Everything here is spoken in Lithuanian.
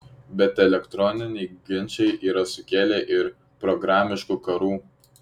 bet elektroniniai ginčai yra sukėlę ir programišių karų